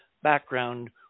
background